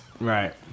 Right